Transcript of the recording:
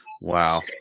Wow